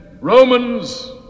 Romans